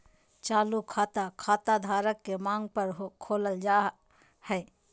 चालू खाता, खाता धारक के मांग पर खोलल जा हय